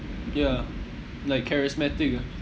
ya like charismatic ah